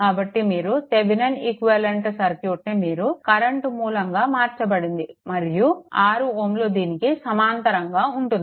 కాబట్టి మీరు ఈ థెవెనిన్ ఈక్వివలెంట్ సర్క్యూట్ని మీరు కరెంట్ మూలంగా మార్చబడింది మరియు 6 Ω దీనికి సమాంతరంగా ఉంటుంది